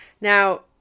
Now